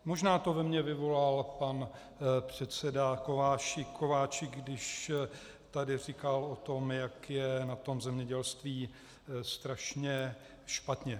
Možná to ve mně vyvolal pan předseda Kováčik, když tady říkal o tom, jak je na tom zemědělství strašně špatně.